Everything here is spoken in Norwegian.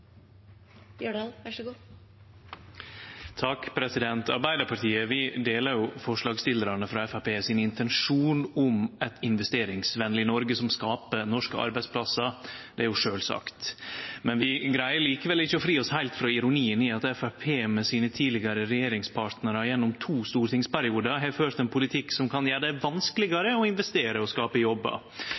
jo sjølvsagt. Vi greier likevel ikkje å fri oss heilt frå ironien i at Framstegspartiet med sine tidlegare regjeringspartnarar gjennom to stortingsperiodar har ført ein politikk som kan gjere det vanskelegare å investere og skape jobbar.